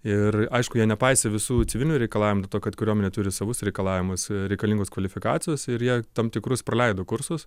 ir aišku jie nepaisė visų civilinių reikalavimų dėl to kad kariuomenė turi savus reikalavimus reikalingos kvalifikacijos ir jie tam tikrus praleido kursus